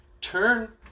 turn